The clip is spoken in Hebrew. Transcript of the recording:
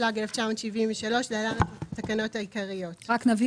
התשל"ג-1973 (להלן- התקנות העיקריות)- בנוסח